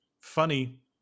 funny